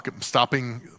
stopping